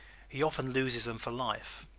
he often loses them for life.